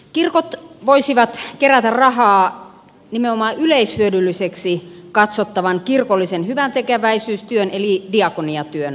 kirkot voisivat kerätä rahaa nimenomaan yleishyödylliseksi katsottavan kirkollisen hyväntekeväisyystyön eli diakoniatyön rahoittamiseksi